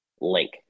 link